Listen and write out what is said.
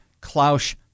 Klaus